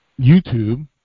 youtube